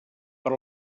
per